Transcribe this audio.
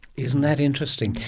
isn't that interesting.